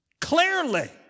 clearly